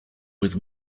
with